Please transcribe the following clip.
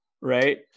Right